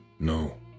No